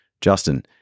Justin